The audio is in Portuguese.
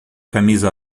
camisa